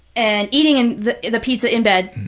and eating and the the pizza in bed,